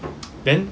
then